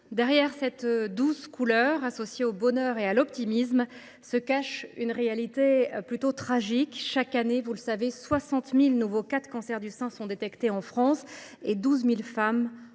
Derrière cette douce couleur, associée au bonheur et à l’optimisme, se cache une réalité tragique : chaque année, 60 000 nouveaux cas de cancer du sein sont détectés en France, et 12 000 femmes en meurent.